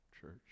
church